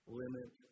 limit